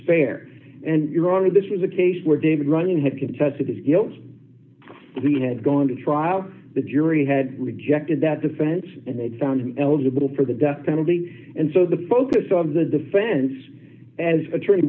fair and you're wrong this was a case where david running had contested his guilt he had gone to trial the jury had rejected that defense and they found him eligible for the death penalty and so the focus on the defense as attorney